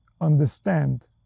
understand